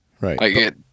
right